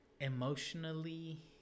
emotionally